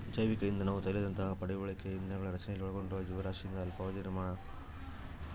ಜೈವಿಕ ಇಂಧನವು ತೈಲದಂತಹ ಪಳೆಯುಳಿಕೆ ಇಂಧನಗಳ ರಚನೆಯಲ್ಲಿ ಒಳಗೊಂಡಿರುವ ಜೀವರಾಶಿಯಿಂದ ಅಲ್ಪಾವಧಿಯ ನಿರ್ಮಾಣ